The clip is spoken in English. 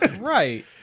Right